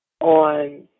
on